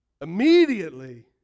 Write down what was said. Immediately